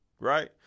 right